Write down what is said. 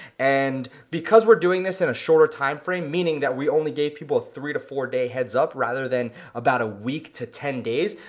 and because we're doing this in a shorter timeframe, meaning that we only gave people a three to four-day heads up rather than about a week to ten days,